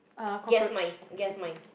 guess mine guess mine